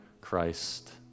Christ